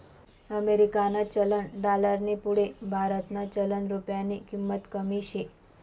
अमेरिकानं चलन डालरनी पुढे भारतनं चलन रुप्यानी किंमत कमी शे